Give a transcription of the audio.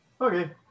Okay